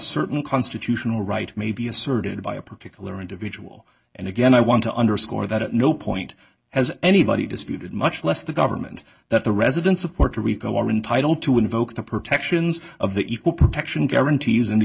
certain constitutional right may be asserted by a particular individual and again i want to underscore that at no point has anybody disputed much less the government that the residents of puerto rico are entitled to invoke the protections of the equal protection guarantees in the